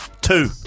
Two